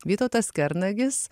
vytautas kernagis